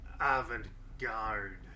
avant-garde